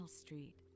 Street